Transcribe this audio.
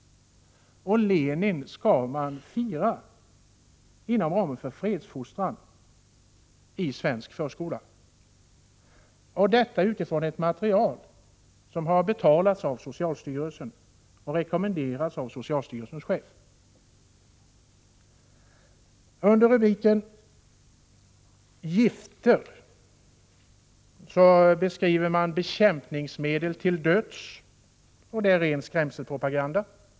Och Lenin skall man fira inom ramen för fredsfostran i svensk förskola! Och detta utifrån ett material som har betalats av socialstyrelsen och rekommenderas av socialstyrelsens chef! Under rubriken Gifter beskriver man bekämpningsmedel till döds. Det är ren skrämselpropaganda.